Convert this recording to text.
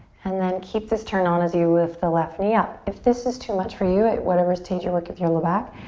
and then keep this turn on as you lift the left knee up. if this is too much for you, at whatever stage your work with your low back,